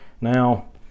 Now